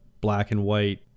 black-and-white